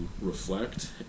reflect